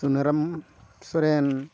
Sunaram Soren